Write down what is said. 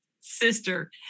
sister